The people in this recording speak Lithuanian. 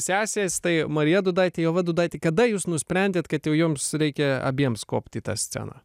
sesės tai marija dūdaitė ieva dūdaitė kada jūs nusprendėt kad jau jums reikia abiems kopti į tą sceną